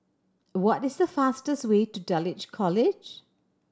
what is the fastest way to Dulwich College